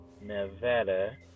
Nevada